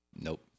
Nope